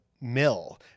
mill